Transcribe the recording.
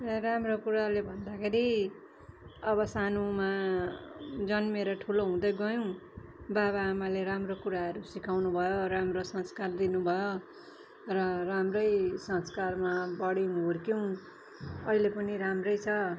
राम्रो कुराले भन्दाखेरि अब सानोमा जन्मेर ठुलो हुँदै गयौँ बाबा आमाले राम्रो कुराहरू सिकाउनु भयो राम्रो संस्कार दिनुभयो र राम्रै संस्कारमा बढ्यौँ हुर्कियौँ अहिले पनि राम्रै छ